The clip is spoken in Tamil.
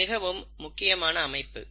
இது மிகவும் முக்கியமான அமைப்பு